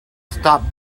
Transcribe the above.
stop